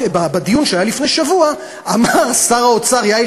בדיון שהיה על הצעת החוק לפני שבוע אמר שר האוצר יאיר